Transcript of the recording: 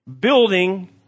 Building